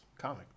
comic